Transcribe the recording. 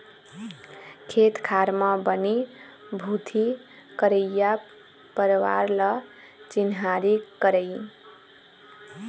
खेत खार म बनी भूथी करइया परवार ल चिन्हारी करई